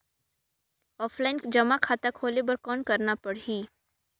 Offline जमा खाता खोले बर कौन करना पड़ही?